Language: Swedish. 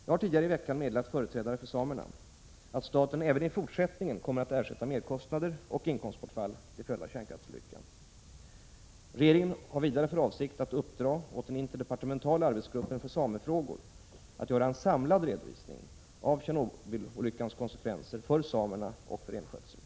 Jag har tidigare i veckan meddelat företrädare för samerna att staten även i fortsättningen kommer att ersätta merkostnader och inkomstbortfall till följd av kärnkraftsolyckan. Regeringen har vidare för avsikt att uppdra åt den interdepartementala arbetsgruppen för samefrågor att göra en samlad redovisning av Tjernobylolyckans konsekvenser för samerna och renskötseln.